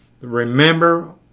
remember